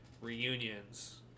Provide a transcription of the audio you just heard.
reunions